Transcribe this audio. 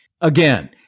Again